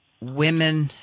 women